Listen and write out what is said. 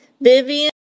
Vivian